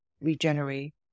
regenerate